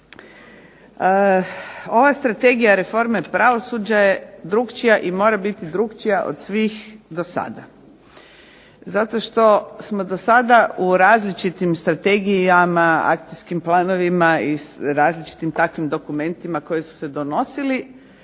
Ova Strategija reforme pravosuđa je drugačija i mora biti drugačija od svih do sada. Zato što smo do sada u različitim strategijama, akcijskim planovima i različitim takvim dokumentima koje smo donosili